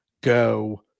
go